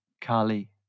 Kali